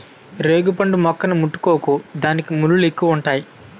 రేగుపండు మొక్కని ముట్టుకోకు దానికి ముల్లెక్కువుంతాయి